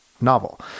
novel